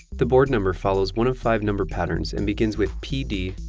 the board number follows one of five number patterns and begins with pd,